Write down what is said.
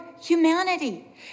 humanity